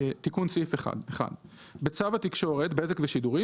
תיקון סעיף 1 בצו התקשורת (בזק ושידורים)